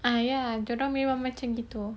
ah ya dia orang memang macam gitu